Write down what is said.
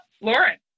lauren